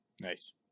Nice